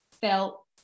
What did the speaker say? felt